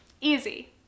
easy